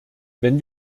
wenn